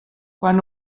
quan